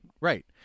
right